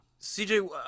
cj